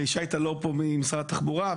וישי טלאור פה ממשרד התחבורה,